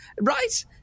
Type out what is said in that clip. right